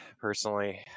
personally